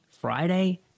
Friday